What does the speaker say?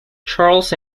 charles